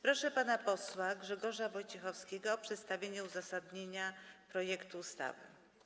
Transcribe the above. Proszę pana posła Grzegorza Wojciechowskiego o przedstawienie uzasadnienie projektu ustawy.